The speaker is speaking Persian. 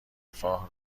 رفاه